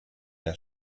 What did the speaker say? der